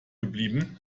geblieben